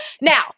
Now